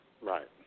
Right